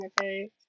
okay